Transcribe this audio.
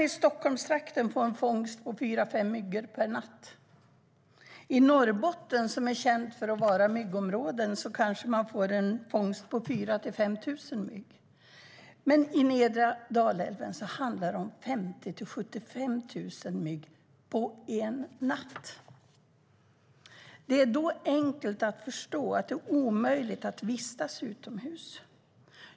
I Stockholmstrakten får man en fångst på 4-5 myggor per natt. I Norrbotten, som är känt för att vara ett myggområde, får man 4 000-5 000. I Nedre Dalälven handlar det om 50 000-75 000 myggor på en enda natt. Då är det enkelt att förstå att det är omöjligt att vistas utomhus.